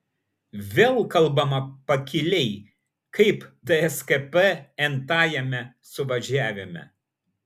vėl kalbama pakiliai kaip tskp n tajame suvažiavime